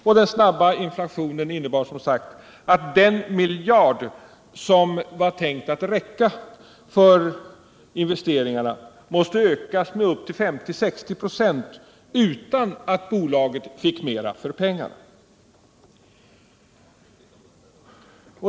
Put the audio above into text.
Och den snabba inflationen innebar som sagt att den miljard som var tänkt att räcka för investeringarna måste ökas med upp till 50-60 926 utan att bolaget fick mer för pengarna.